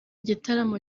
gitaramo